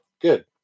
good